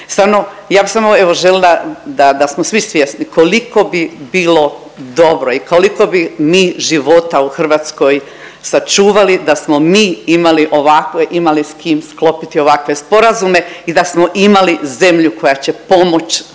ja bi samo evo želila da smo svi svjesni koliko bi bilo dobro i koliko bi mi života u Hrvatskoj sačuvali da smo mi imali ovakve, imali s kim sklopiti ovakve sporazume i da smo imali zemlju koja će pomoć